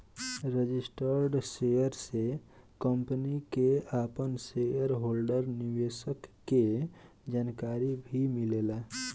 registered share से company के आपन शेयर होल्डर निवेशक के जानकारी भी मिलेला